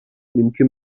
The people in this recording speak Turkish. mümkün